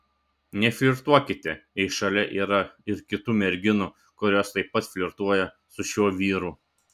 neflirtuokite jei šalia yra ir kitų merginų kurios taip pat flirtuoja su šiuo vyru